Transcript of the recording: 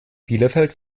bielefeld